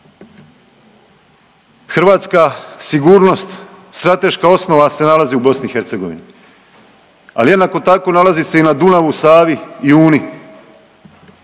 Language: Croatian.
Hrvatska sigurnost, strateška osnova se nalazi u BiH. Ali jednako tako nalazi se i na Dunavu, Savi i Uni.